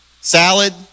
salad